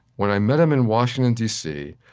when i met him in washington, d c,